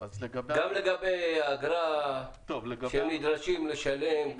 גם לגבי האגרה שנדרשים לשלם.